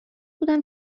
بودم